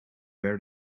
where